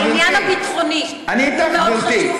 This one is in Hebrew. העניין הביטחוני הוא מאוד חשוב כאן,